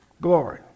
Glory